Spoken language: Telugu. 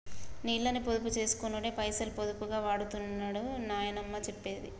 నీళ్ళని పొదుపు చేసినోడే పైసలు పొదుపుగా వాడుతడని నాయనమ్మ చెప్పేది